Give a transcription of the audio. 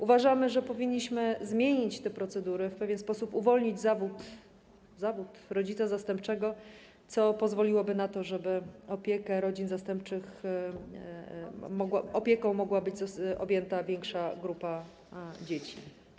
Uważamy, że powinniśmy zmienić te procedury i w pewien sposób uwolnić zawód rodzica zastępczego, co pozwoliłoby na to, żeby opieką rodzin zastępczych mogła być objęta większa grupa dzieci.